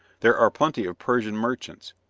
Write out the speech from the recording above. there are plenty of persian merchants,